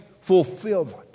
fulfillment